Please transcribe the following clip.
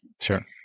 sure